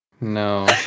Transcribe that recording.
No